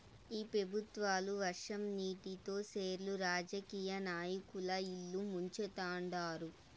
ఈ పెబుత్వాలు వర్షం నీటితో సెర్లు రాజకీయ నాయకుల ఇల్లు ముంచుతండారు